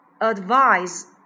advise